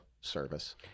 service